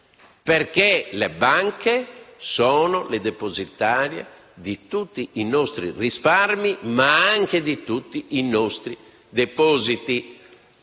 perché le banche sono le depositarie di tutti i nostri risparmi e anche di tutti i nostri depositi